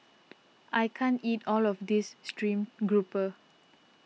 I can't eat all of this Stream Grouper